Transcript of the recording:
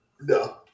No